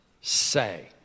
say